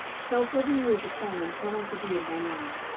shall seven years of famine come unto thee thy land?